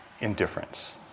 indifference